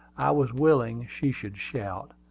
i was willing she should shout.